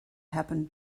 happen